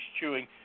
chewing